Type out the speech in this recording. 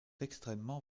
extrêmement